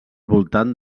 voltant